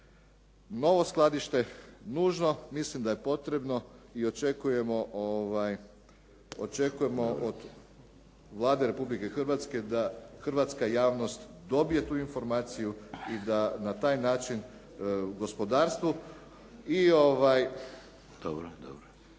novo skladište nužno, mislim da je potrebno i očekujemo od Vlade Republike Hrvatske da hrvatska javnost dobije tu informaciju i da na taj način gospodarstvo i u državi